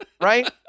Right